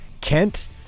Kent